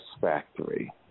Factory